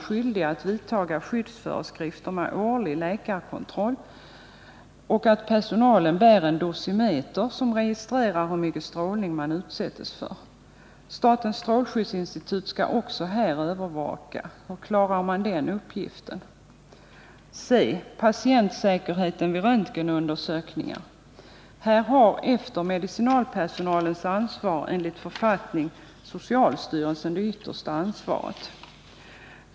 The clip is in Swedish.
skyddsföreskrifter med årlig läkarkontroll och skall se till att personalen bär en dosimeter som registrerar hur mycket strålning man utsätts för. Statens strålskyddsinstitut skall också här övervaka. Hur klarar man den uppgiften? c. Patientsäkerheten vid röntgenundersökningar; här har efter medicinalpersonalens ansvar enligt författning socialstyrelsen det yttersta ansvaret.